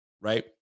right